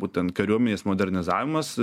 būtent kariuomenės modernizavimas